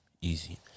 easy